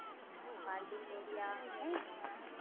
वहाँ parking area है